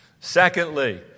Secondly